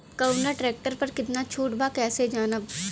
कवना ट्रेक्टर पर कितना छूट बा कैसे जानब?